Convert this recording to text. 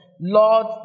Lord